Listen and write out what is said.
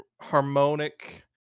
harmonic